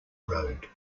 road